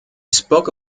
spoke